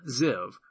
Ziv